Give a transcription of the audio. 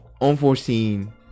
unforeseen